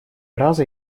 раза